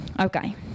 okay